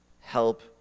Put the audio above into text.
help